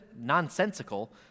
nonsensical